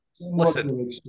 listen